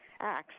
acts